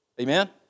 amen